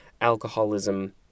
alcoholism